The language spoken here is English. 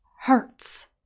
hurts